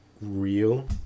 real